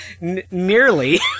Nearly